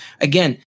again